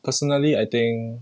personally I think